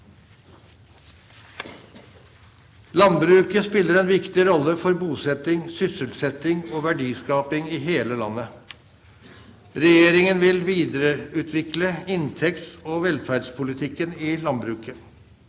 Landbruket spiller en viktig rolle for bosetting, sysselsetting og verdiskaping i hele landet. Regjeringen vil videreutvikle inntekts- og velferdspolitikken i landbruket.